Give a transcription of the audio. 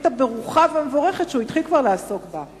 הברוכה והמבורכת שהוא התחיל כבר לעסוק בה.